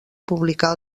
publicar